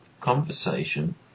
conversation